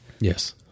Yes